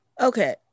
Okay